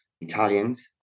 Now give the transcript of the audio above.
Italians